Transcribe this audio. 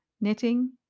knitting